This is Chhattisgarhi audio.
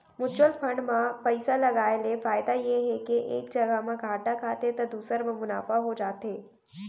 म्युचुअल फंड म पइसा लगाय ले फायदा ये हे के एक जघा म घाटा खाथे त दूसर म मुनाफा हो जाथे